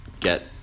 get –